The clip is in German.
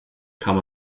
kann